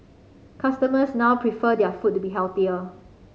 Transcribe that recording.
customers now prefer their food to be healthier